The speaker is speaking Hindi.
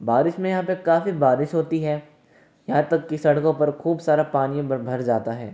बारिश में यहाँ पे काफ़ी बारिश होती है यहाँ तक कि सड़कों पर खूब सारा पानी भर जाता है